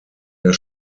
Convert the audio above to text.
der